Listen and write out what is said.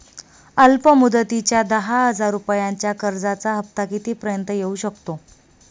अल्प मुदतीच्या दहा हजार रुपयांच्या कर्जाचा हफ्ता किती पर्यंत येवू शकतो?